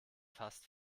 fast